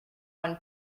one